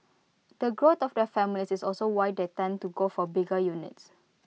the growth of their families is also why they tend to go for bigger units